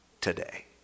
today